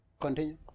Continue